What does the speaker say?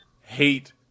hate